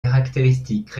caractéristiques